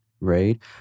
right